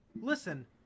listen